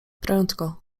prędko